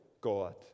God